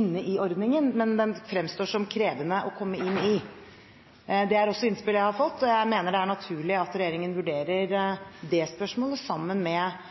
inne i den, men den fremstår som krevende å komme inn i. Det er også innspill jeg har fått, og jeg mener det er naturlig at regjeringen vurderer det spørsmålet sammen med